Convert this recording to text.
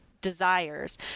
desires